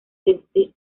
desde